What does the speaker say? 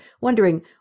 wondering